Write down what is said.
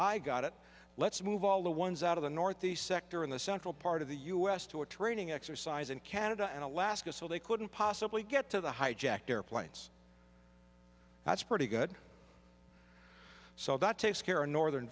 i got it let's move all the ones out of the northeast sector in the central part of the u s to a training exercise in canada and alaska so they couldn't possibly get to the hijacked airplanes that's pretty good so that takes care of northern